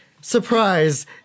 Surprise